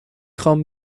خوام